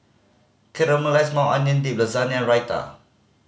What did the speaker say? Caramelized Maui Onion Dip Lasagna Raita